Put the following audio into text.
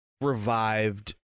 revived